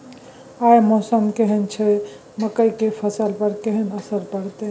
आय मौसम केहन छै मकई के फसल पर केहन असर परतै?